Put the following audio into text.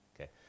Okay